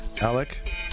Alec